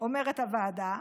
אומרת הוועדה: